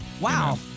Wow